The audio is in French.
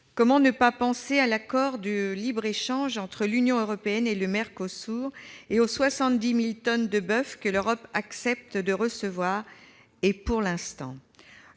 Comment ne pas penser à l'accord de libre-échange entre l'Union européenne et le Mercosur et aux 70 000 tonnes de boeuf que l'Europe accepte de recevoir pour l'instant ?